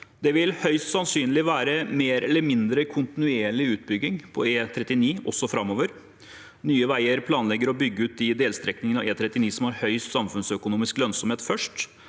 Det vil høyst sannsynlig være mer eller mindre kontinuerlig utbygging på E39 også framover. Nye veier planlegger å bygge ut de delstrekningene av E39 som har høyest samfunnsøkonomisk lønnsomhet først,